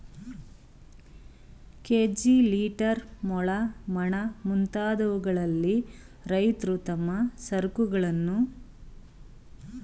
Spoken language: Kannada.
ಕೆ.ಜಿ, ಲೀಟರ್, ಮೊಳ, ಮಣ, ಮುಂತಾದವುಗಳಲ್ಲಿ ರೈತ್ರು ತಮ್ಮ ಸರಕುಗಳನ್ನು ಅಳತೆ ಮಾಡಿಕೊಳ್ಳುತ್ತಾರೆ